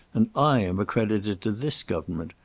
and i am accredited to this government.